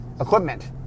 equipment